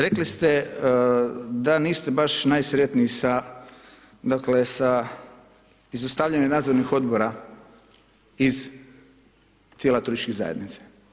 Rekli ste da niste baš najsretniji sa izostavljanjem nadzornih odbora iz tijela turističkih zajednica.